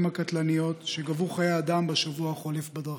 הקטלניות שגבו חיי אדם בשבוע החולף בדרכים: